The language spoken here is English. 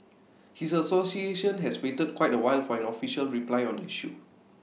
his association has waited quite A while for an official reply on the issue